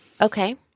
Okay